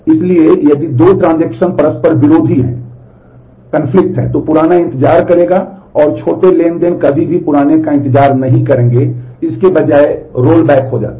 इसलिए यदि दो ट्रांजेक्शन परस्पर विरोधी हैं तो पुराना इंतजार करेगा और छोटे ट्रांज़ैक्शन कभी भी पुराने का इंतजार नहीं करेंगे वे इसके बजाय रोलबैक हो जाते हैं